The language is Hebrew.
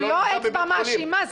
גם לא אצבע מאשימה.